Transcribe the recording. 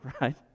right